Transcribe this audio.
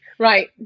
Right